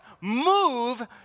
move